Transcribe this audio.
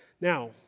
Now